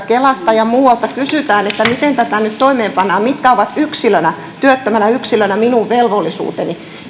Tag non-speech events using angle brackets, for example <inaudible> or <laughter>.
<unintelligible> kelalta ja muualta kysytään miten tätä nyt toimeenpannaan mitkä ovat yksilönä työttömänä yksilönä minun velvollisuuteni